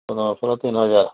ପଦ୍ମ ଫୁଲ ତିନି ହଜାର